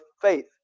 faith